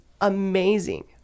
amazing